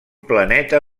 planeta